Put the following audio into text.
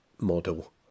model